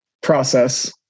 process